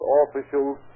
officials